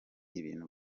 ibintu